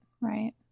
right